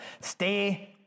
Stay